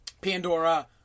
Pandora